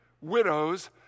widows